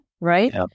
right